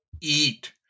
eat